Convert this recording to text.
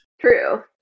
True